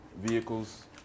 vehicles